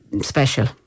special